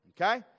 Okay